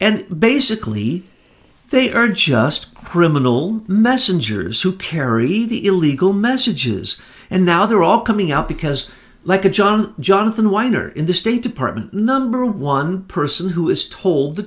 and basically they are just criminal messengers who carry the illegal messages and now they're all coming out because like a john jonathan winer in the state department number one person who is told the